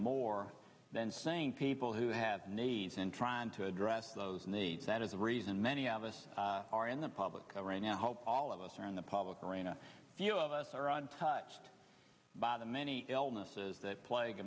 more than sane people who have needs and trying to address those needs that is the reason many of us are in the public eye right now hope all of us are in the public arena few of us are on touched by the many illnesses that plague